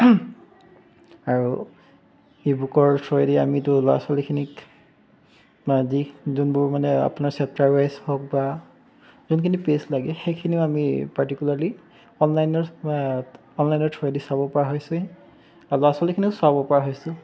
আৰু ই বুকৰ থ্ৰোৱেদি আমিতো ল'ৰা ছোৱালীখিনিক বা যি যোনবোৰ মানে আপোনাৰ চেপ্টাৰৱাইজ হওক বা যোনখিনি পে'জ লাগে সেইখিনিও আমি পাৰ্টিকুলাৰ্লি অনলাইনত অনলাইনৰ থ্ৰোৱেদি চাব পৰা হৈছোঁহি আৰু ল'ৰা ছোৱালীখিনিও চাব পৰা হৈছে